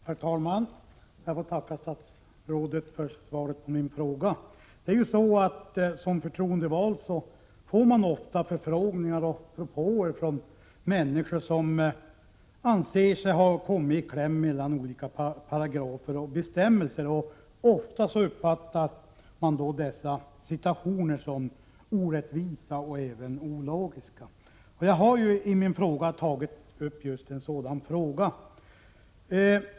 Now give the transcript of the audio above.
Herr talman! Jag får tacka statsrådet för svaret på min fråga. Som förtroendevald får man ofta förfrågningar och propåer från människor som anser sig ha kommit i kläm mellan olika paragrafer och bestämmelser. Ofta uppfattas förhållandena som orättvisa och även ologiska. Jag har i min fråga tagit upp just ett sådant fall.